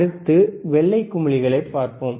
அடுத்து வெள்ளை குமிழிகளை பார்ப்போம்